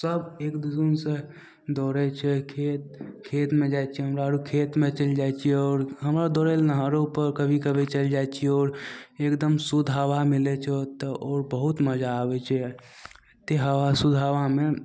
सब एक जूनूनसँ दौड़य छै खेतमे जाइ छियै हमरा अर खेतमे चलि जाइ छियै आओर हमरो दौड़य लए आरो कभी कभी चलि जाइ छियै आओर एकदम शुद्ध हवा मिलय छै तऽ ओ बहुत मजा आबय छै तै हवा शुद्ध हवामे